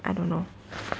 I don't know